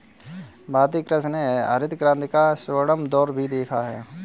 भारतीय कृषि ने हरित क्रांति का स्वर्णिम दौर भी देखा